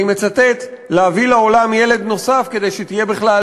אני מצטט: להביא לעולם ילד נוסף כדי שתהיה בכלל